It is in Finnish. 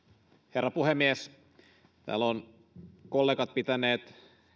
herra puhemies täällä ovat kollegat pitäneet